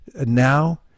now